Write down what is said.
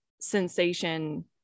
sensation